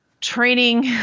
training